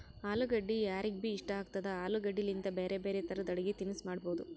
ಅಲುಗಡ್ಡಿ ಯಾರಿಗ್ಬಿ ಇಷ್ಟ ಆಗ್ತದ, ಆಲೂಗಡ್ಡಿಲಿಂತ್ ಬ್ಯಾರೆ ಬ್ಯಾರೆ ತರದ್ ಅಡಗಿ ತಿನಸ್ ಮಾಡಬಹುದ್